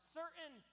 certain